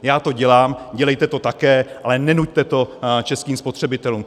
Já to dělám, dělejte to také, ale nenuťte to českým spotřebitelům.